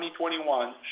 2021